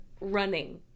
running